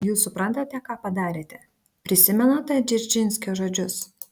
jūs suprantate ką padarėte prisimenate dzeržinskio žodžius